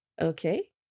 Okay